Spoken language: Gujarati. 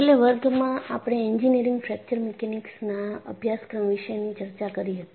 છેલ્લે વર્ગમાં આપણે એન્જિનિયરિંગ ફ્રેક્ચર મિકેનિક્સના અભ્યાસક્રમ વિશેની ચર્ચા કરી હતી